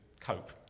cope